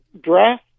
dress